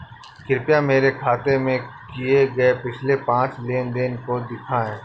कृपया मेरे खाते से किए गये पिछले पांच लेन देन को दिखाएं